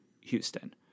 Houston